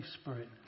Spirit